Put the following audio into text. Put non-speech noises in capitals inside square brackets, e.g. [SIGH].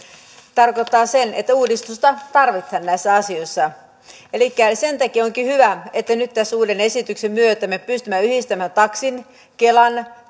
tarkoittaa sitä että uudistusta tarvitaan näissä asioissa sen takia onkin hyvä että nyt tämän uuden esityksen myötä me pystymme yhdistämään taksin kelan [UNINTELLIGIBLE]